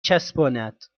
چسباند